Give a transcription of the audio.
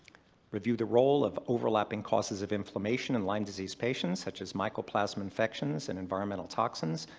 review the role of overlapping causes of inflammation in lyme disease patients, such as mycoplasma infections and environmental toxins.